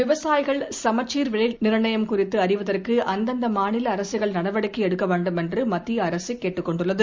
விவசாயிகள் சமச்சீர் விலை நிர்ணயம் குறித்து அறிவதற்கு அந்தந்த மாநில அரசுகள் நடவடிக்கை எடுக்க வேண்டும் என்று மத்திய அரசு கேட்டுக்கொண்டுள்ளது